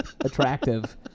attractive